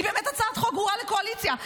היא באמת הצעת חוק גרועה לקואליציה,